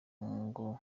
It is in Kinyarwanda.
ngo